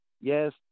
Yes